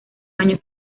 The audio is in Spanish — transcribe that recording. año